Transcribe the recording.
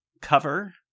cover